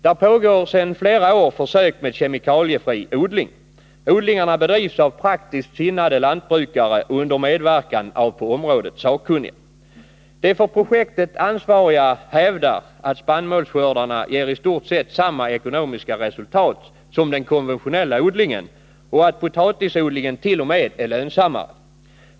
Där pågår sedan flera år försök med kemikaliefri odling. Odlingarna bedrivs av praktiskt sinnade lantbrukare och under medverkan av på området sakkunniga. De för projektet ansvariga hävdar att spannmålsskördarna ger i stort sett samma ekonomiska resultat som den konventionella odlingen och att potatisodlingen till och med är lönsammare.